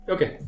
Okay